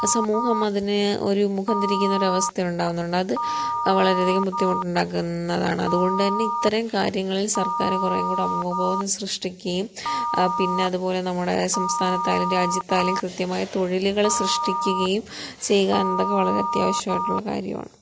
സമൂഹം അതിനേ ഒരു മുഖം തിരിക്കുന്ന ഒരു അവസ്ഥയുണ്ടാകുന്നുണ്ട് അത് വളരെയധികം ബുദ്ധിമുട്ടുണ്ടാക്കുന്നതാണ് അത്കൊണ്ട് തന്നെ ഇത്തരം കാര്യങ്ങളിൽ സർക്കാര് കുറെ കൂടെ അവബോധം സൃഷ്ടിക്കുകയും പിന്നെ അത്പോലെ നമ്മുടെ സംസ്ഥാനത്തായാലും രാജ്യത്തായാലും കൃത്യമായ തൊഴില്കള് സൃഷ്ടിക്കുകയും ചെയ്യ്ക എന്നതൊക്കെ വളരെ അത്യാവശ്യായിട്ടുള്ള കാര്യവാണ്